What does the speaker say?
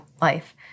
life